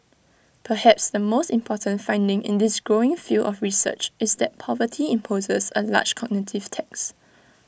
perhaps the most important finding in this growing field of research is that poverty imposes A large cognitive tax